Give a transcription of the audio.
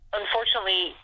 unfortunately